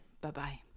bye-bye